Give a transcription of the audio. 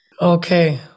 okay